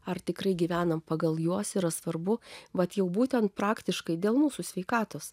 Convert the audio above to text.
ar tikrai gyvename pagal juos yra svarbu vat jau būtent praktiškai dėl mūsų sveikatos